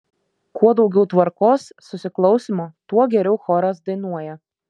kuo daugiau tvarkos susiklausymo tuo geriau choras dainuoja